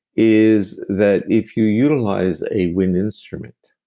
is that if you utilize a wind instrument,